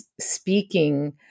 speaking